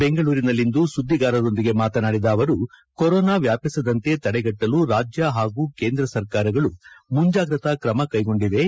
ಬೆಂಗಳೂರಿನಲ್ಲಿಂದು ಸುದ್ದಿಗಾರರೊಂದಿಗೆ ಮಾತನಾಡಿದ ಅವರು ಕೊರೋನಾ ವ್ಯಾಪಿಸದಂತೆ ತಡೆಗಟ್ಟಲು ರಾಜ್ಯ ಹಾಗೂ ಕೇಂದ್ರ ಸರ್ಕಾರಗಳು ಮುಂಜಾಗ್ರತಾ ಕ್ರಮ ಕೈಗೊಂಡಿವೆ